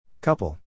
Couple